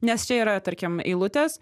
nes čia yra tarkim eilutės